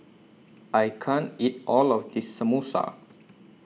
I can't eat All of This Samosa